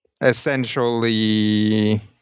essentially